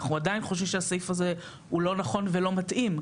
אנחנו עדיין חושבים שהסעיף הזה הוא לא נכון ולא מתאים.